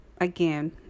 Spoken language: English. Again